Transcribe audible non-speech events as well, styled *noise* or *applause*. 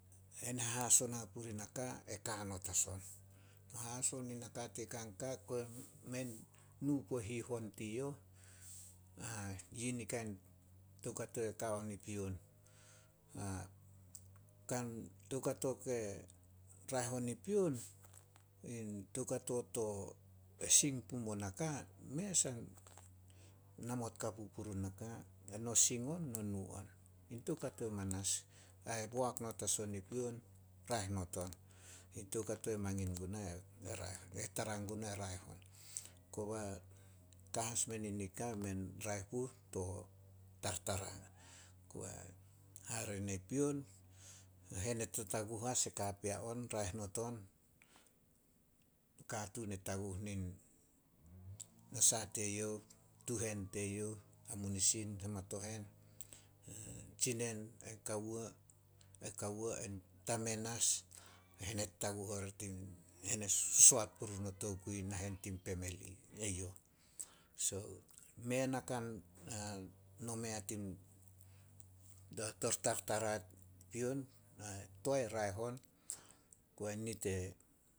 Hena hahaso puri naka e ka not as on. No haso nin naka tin kanaka, kobei mei nu puo hihon teyouh. *hesitation* Yini kain toukato e ka on i pion. *hesitation* Kan toukato ke raeh on pion, in toukato *unintelligible* e sing pumo naka, mei asah namot kapu purun naka. Eno sing on, no nu on. In toukato manas, ai boak not as on i pion, raeh not on. In toukato mangin guna. *unintelligible* E tara guna e raeh on. Koba ka as menin nika mei an raeh puh to tartara. *unintelligible* Hare ni pion, hene tataguh as e kapea on, raeh not on. Nakatuun e taguh nin nasah teyouh, tuhen teyouh, hamunisin, hamatohen, tsinen ain *unintelligible* tamen as. Hene tataguh orih *unintelligible* hene sosoat puri run o tokui nahen tin pemeli, eyouh. So, mei a naka *hesitation* nome a *unintelligible* to tartara pion, *unintelligible* toae raeh on, kobe nit e